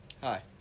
hi